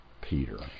Peter